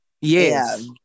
Yes